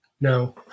No